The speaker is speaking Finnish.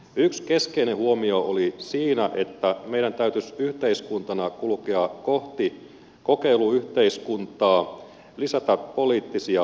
yksi keskeinen huomio oli siinä että meidän täytyisi yhteiskuntana kulkea kohti kokeiluyhteiskuntaa lisätä poliittisia kokeiluita